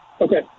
Okay